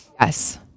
Yes